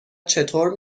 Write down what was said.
چطور